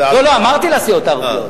לא, אמרתי לסיעות הערביות.